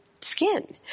skin